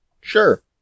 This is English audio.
Sure